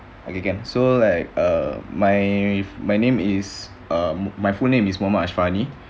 okay can so like err my my name is err my full name is muhammad ishrani